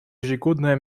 ежегодная